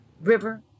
river